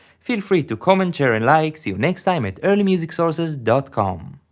feel free to comment, share and like. see you next time at early music sources dot com